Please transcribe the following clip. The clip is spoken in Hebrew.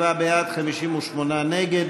57 בעד, 58 נגד.